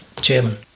chairman